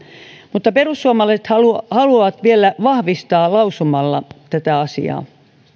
mutta perussuomalaiset haluavat haluavat vielä vahvistaa lausumalla tätä asiaa